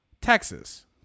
Texas